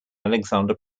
alexander